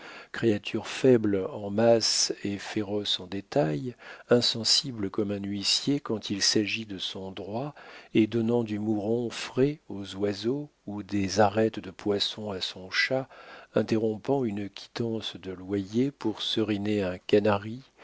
créature faible en masse et féroce en détail insensible comme un huissier quand il s'agit de son droit et donnant du mouron frais aux oiseaux ou des arêtes de poisson à son chat interrompant une quittance de loyer pour seriner un canari